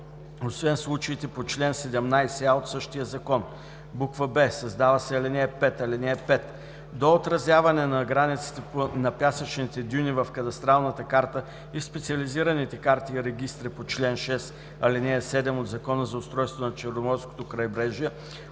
освен в случаите по чл. 17а от същия закон.“; б) създава се ал. 5: „(5) До отразяване на границите на пясъчните дюни в кадастралната карта и в специализираните карти и регистри по чл. 6, ал. 7 от Закона за устройството на Черноморското крайбрежие